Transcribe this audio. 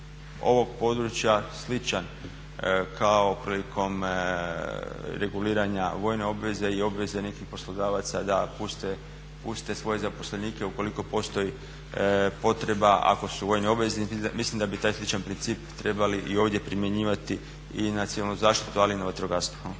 ovog područja sličan kao prilikom reguliranja vojne obveze i obveze nekih poslodavaca da puste svoje zaposlenike ukoliko postoji potreba ako su vojni obveznici, mislim da bi taj sličan princip trebali i ovdje primjenjivati i na civilnu zaštitu ali i na vatrogastvo.